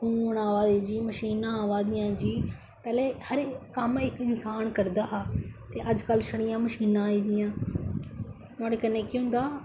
हून अवा दी जियां मशीनां आवा दियां जी पैहलें हर कम्म इक इंसान करदा हा ते अजकल छडि़यां मशीनां आई दियां नुआढ़े कन्नै केह् होंदा